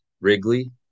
Wrigley